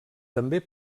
també